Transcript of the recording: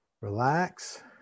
relax